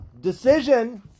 decision